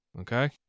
Okay